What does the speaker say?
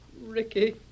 Ricky